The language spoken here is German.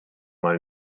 mal